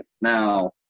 Now